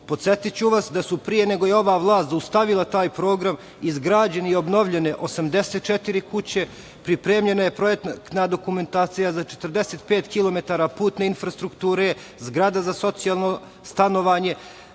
Priboj. Podsetiću vas da su pre nego je ova vlast zaustavila taj program izgrađene i obnovljene 84 kuće, pripremljena je projektna dokumentacija za 45 kilometara putne infrastrukture, zgrada za socijalno stanovanje,